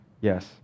yes